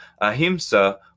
ahimsa